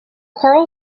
choral